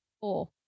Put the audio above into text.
Four